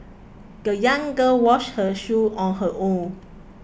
the young girl washed her shoes on her own